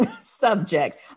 subject